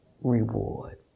reward